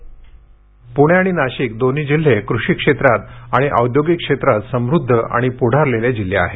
पूणे आणि नाशिक दोन्ही जिल्हे कृषी क्षेत्रात आणि औद्योगिक क्षेत्रात समुद्ध आणि पुढारलेले जिल्हे आहेत